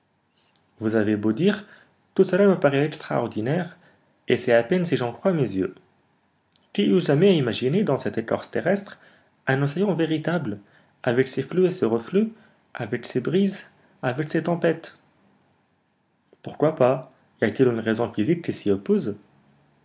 vous avez beau dire tout cela me parait extraordinaire et c'est à peine si j'en crois mes yeux qui eût jamais imaginé dans cette écorce terrestre un océan véritable avec ses flux et ses reflux avec ses brises avec ses tempêtes pourquoi pas y a-t-il une raison physique qui s'y oppose